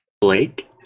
Blake